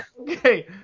Okay